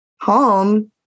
home